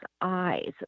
eyes